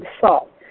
salt